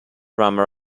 rama